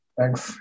Thanks